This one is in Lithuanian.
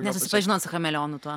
nesusipažinot su chameleonu tuo